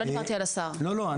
אבל לא דיברתי על השר.